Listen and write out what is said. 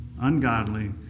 ungodly